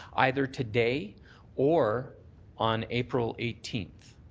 either today or on april eighteenth,